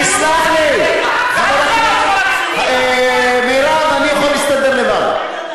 אני, יש לי עליונות מוסרית עליך.